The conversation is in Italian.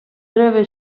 breve